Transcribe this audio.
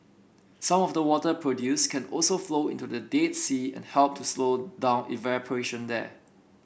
some of the water produced can also flow into the Dead Sea and help to slow down evaporation there